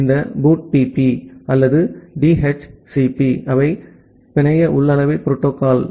இந்த BOOTP அல்லது DHCP அவை பிணைய உள்ளமைவு புரோட்டோகால்